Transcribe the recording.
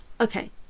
okay